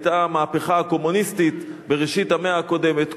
היתה המהפכה הקומוניסטית בראשית המאה הקודמת,